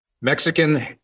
Mexican